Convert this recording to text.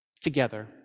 together